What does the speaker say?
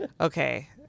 okay